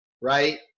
right